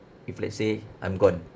if let's say I'm gone